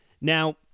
Now